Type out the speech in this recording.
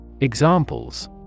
Examples